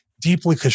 deeply